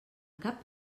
cap